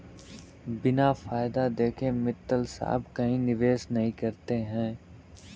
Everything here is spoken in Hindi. बिना फायदा देखे मित्तल साहब कहीं निवेश नहीं करते हैं